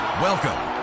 Welcome